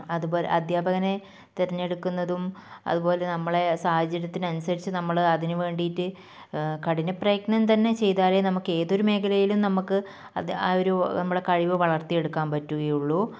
അതുപോലെ അധ്യാപകനെ തിരഞ്ഞെടുക്കുന്നതും അതുപോലെ നമ്മളെ സാഹചര്യത്തിനനുസരിച്ച് നമ്മൾ അതിനുവേണ്ടിട്ട് കഠിനപ്രയത്നം തന്നെ ചെയ്താലേ നമുക്ക് ഏതൊരു മേഖലയിലും നമുക്ക് ആ ഒരു നമ്മുടെ കഴിവ് വളർത്തിയെടുക്കാൻ പറ്റുകയുള്ളൂ